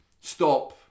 stop